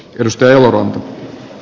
hylystä jo